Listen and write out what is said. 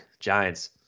giants